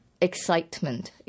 excitement